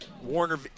Warner